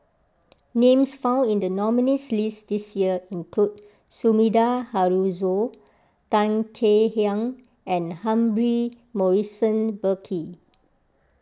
names found in the nominees' list this year include Sumida Haruzo Tan Kek Hiang and Humphrey Morrison Burkill